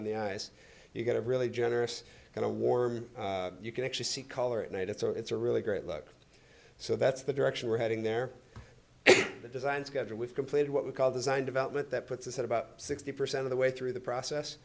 on the eyes you get a really generous kind of war you can actually see color at night it's a really great look so that's the direction we're heading there the design together with completed what we call design development that puts us at about sixty percent of the way through the process